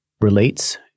relates